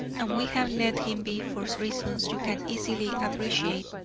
and we have let him be for reasons you can easily appreciate.